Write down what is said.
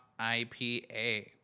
IPA